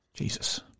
Jesus